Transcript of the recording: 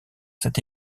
cette